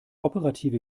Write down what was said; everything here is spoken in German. operative